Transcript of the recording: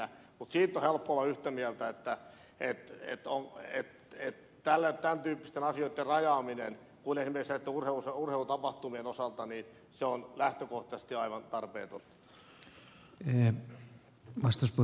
mutta siitä on helppoa olla yhtä mieltä että tämän tyyppisten asioitten rajaaminen kuin esimerkiksi näitten urheilutapahtumien osalta on lähtökohtaisesti aivan tarpeetonta